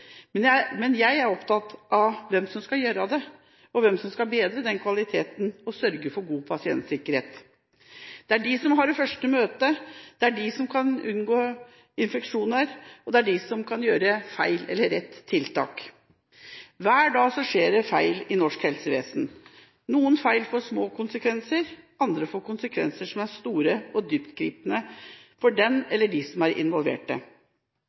Men jeg er opptatt av hvem som skal gjøre det, hvem som skal bedre den kvaliteten og sørge for god pasientsikkerhet. De som har det første møtet, er de som kan forhindre infeksjoner og sette i verk gale eller riktige tiltak. Hver dag skjer det feil i norsk helsevesen. Noen feil får små konsekvenser, andre får konsekvenser som er store og dyptgripende for den eller de som er